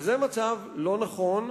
זה מצב לא נכון,